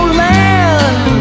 land